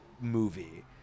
movie